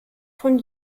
von